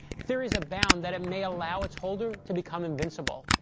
theories abound that it may allow its holder to become invincible.